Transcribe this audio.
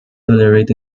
tolerated